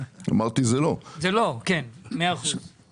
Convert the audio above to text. אמרתי שזאת לא זירת התגוששות כאן.